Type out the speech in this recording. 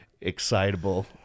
excitable